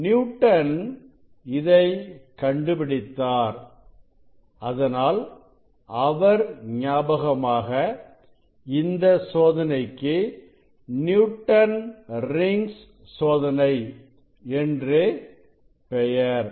Newton இதை கண்டு கண்டுபிடித்தார் அதனால் அவர் ஞாபகமாக இந்த சோதனைக்கு நியூட்டன் ரிங்ஸ்சோதனை என்று பெயர்